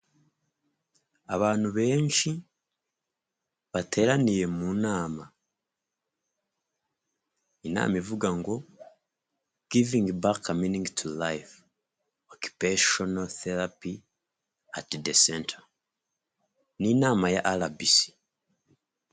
Abantu benshi bateraniye mu nama, inama ivuga ngo “ givingi baka miningi tu rayifu:okipeshono terapi ati de senta “ ni inama ya RBC.